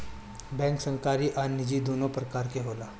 bank सरकारी आ निजी दुनु प्रकार के होला